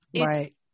Right